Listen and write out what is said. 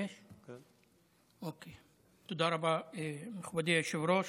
תודה רבה, מכובדי היושב-ראש.